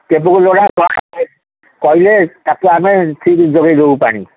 କେବେକୁ କହିବେ ତାକୁ ଆମେ ଠିକ ଯୋଗେଇ ଦେବୁ ପାଣି